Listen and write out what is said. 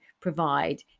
provide